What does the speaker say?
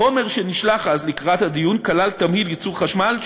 החומר שנשלח אז לקראת הדיון כלל תמהיל ייצור חשמל,